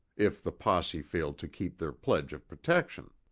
if the posse failed to keep their pledge of protection.